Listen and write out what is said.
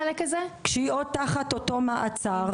כשהיא עוד תחת אותו מעצר,